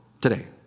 today